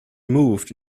moved